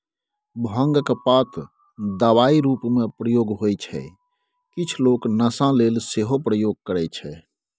भांगक पात दबाइ रुपमे प्रयोग होइ छै किछ लोक नशा लेल सेहो प्रयोग करय छै